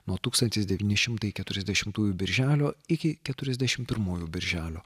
nuo tūkstantis devyni šimtai keturiasdešimtųjų birželio iki keturiasdešimtųjų birželio